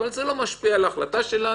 אבל זה לא משפיע על ההחלטה שלנו,